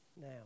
now